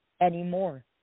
anymore